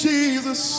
Jesus